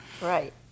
Right